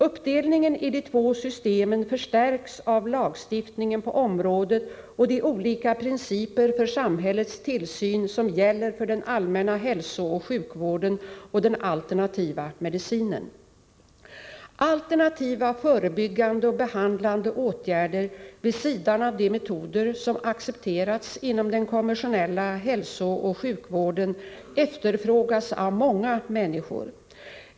Uppdelningen i de två systemen förstärks av lagstiftningen på området och de olika principer för samhällets tillsyn som gäller för den allmänna hälsooch sjukvården och den alternativa medicinen. Alternativa förebyggande och behandlande åtgärder — vid sidan av de metoder som accepterats inom den konventionella hälsooch sjukvården — efterfrågas av många människor.